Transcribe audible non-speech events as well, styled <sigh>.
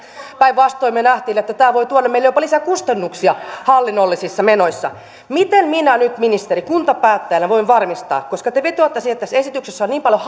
päinvastoin me näimme että tämä voi tuoda jopa meille lisää kustannuksia hallinnollisissa menoissa miten minä nyt ministeri kuntapäättäjänä voin varmistaa koska te vetoatte siihen että tässä esityksessä on niin paljon <unintelligible>